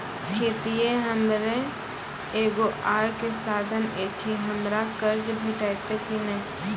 खेतीये हमर एगो आय के साधन ऐछि, हमरा कर्ज भेटतै कि नै?